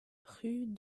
rue